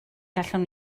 gallwn